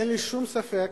אין לי שום ספק